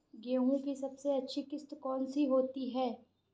गेहूँ की सबसे अच्छी किश्त कौन सी होती है?